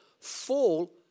Fall